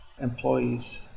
employees